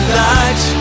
light